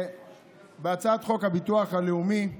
הצעת חוק הביטוח הלאומי (תיקון,